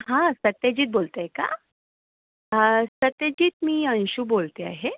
हा सत्यजीत बोलत आहे का सत्यजीत मी अंशू बोलते आहे